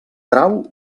trau